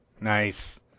nice